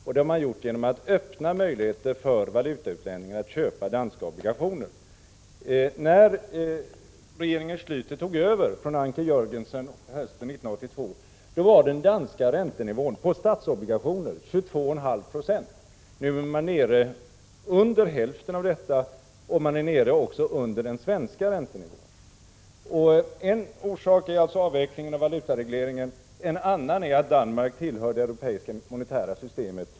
Man har gjort det genom att öppna möjligheter för valutautlänningar att köpa danska obligationer. När regeringen Schläter tog över från Anker Jörgensen hösten 1982 var den danska räntenivån på statsobligationer 22,5 Zo. Nu är den nere under hälften av detta och även under den svenska räntenivån. En orsak är alltså avvecklingen av valutaregleringen, och en annan är att Danmark tillhör det europeiska monetära systemet.